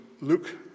Luke